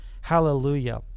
Hallelujah